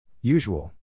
Usual